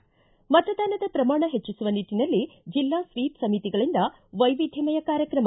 ಿ ಮತದಾನದ ಪ್ರಮಾಣ ಹೆಚ್ಚಿಸುವ ನಿಟ್ಟನಲ್ಲಿ ಜಿಲ್ಲಾ ಸ್ವೀಪ್ ಸಮಿತಿಗಳಿಂದ ವೈವಿಧ್ವಮಯ ಕಾರ್ಯಕ್ರಮ